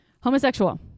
Homosexual